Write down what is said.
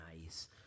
nice